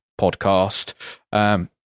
podcast